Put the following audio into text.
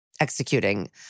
executing